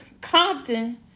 Compton